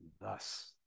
Thus